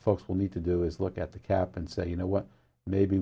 folks will need to do is look at the cap and say you know what maybe